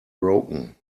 broken